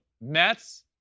Mets